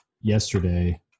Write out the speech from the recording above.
yesterday